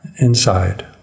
Inside